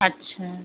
अच्छा